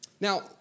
Now